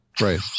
Right